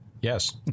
Yes